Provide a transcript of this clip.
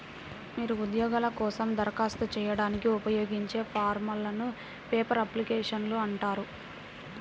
మీరు ఉద్యోగాల కోసం దరఖాస్తు చేయడానికి ఉపయోగించే ఫారమ్లను పేపర్ అప్లికేషన్లు అంటారు